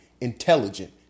intelligent